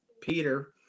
Peter